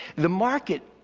the market,